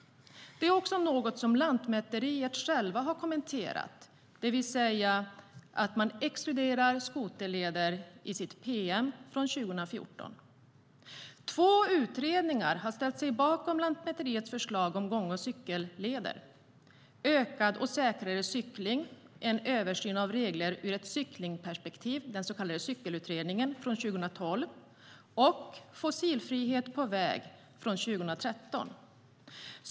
Det är något som Lantmäteriet självt har kommenterat. Man exkluderar skoterleder i sitt pm från 2014. Två utredningar har ställt sig bakom Lantmäteriets förslag om gång och cykelleder: Ökad och säkrare cykling - en översyn av regler ur ett cyklingsperspektiv , den så kallade Cyklingsutredningen från 2012, och Fossilfrihet på väg från 2013.